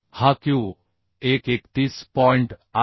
हा q1 31